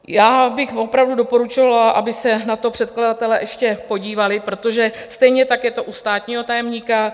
Já bych opravdu doporučovala, aby se na to předkladatelé ještě podívali, protože stejně je to u státního tajemníka.